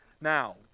Now